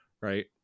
Right